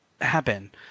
happen